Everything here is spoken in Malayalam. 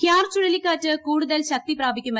ക്യാർ ചുഴലിക്കാറ്റ് കൂടുതൽ ശക്തിപ്രാപിക്കുന്നു